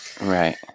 right